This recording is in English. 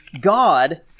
God